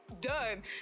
done